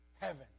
heaven